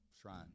shrine